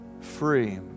free